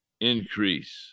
increase